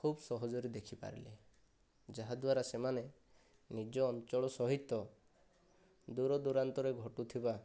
ଖୁବ ସହଜରେ ଦେଖିପାରିଲେ ଯାହାଦ୍ୱାରା ସେମାନେ ନିଜ ଅଞ୍ଚଳ ସହିତ ଦୁରଦୁରାନ୍ତରେ ଘଟୁଥିବା